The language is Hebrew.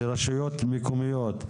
לרשויות מקומיות,